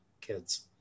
kids